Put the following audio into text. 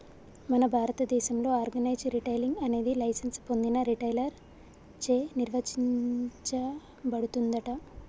మన భారతదేసంలో organise retailing అనేది లైసెన్స్ పొందిన రిటైలర్ చే నిర్వచించబడుతుందంట